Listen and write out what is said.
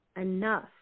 enough